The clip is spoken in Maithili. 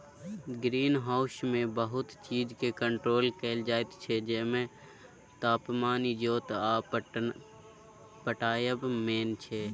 ग्रीन हाउसमे बहुत चीजकेँ कंट्रोल कएल जाइत छै जाहिमे तापमान, इजोत आ पटाएब मेन छै